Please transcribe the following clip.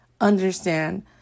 Understand